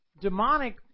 demonic